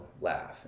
laugh